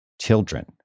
children